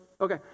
Okay